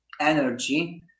energy